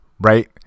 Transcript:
Right